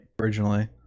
Originally